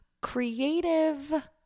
creative